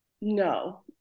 No